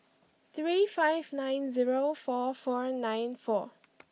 three five nine zero four four nine four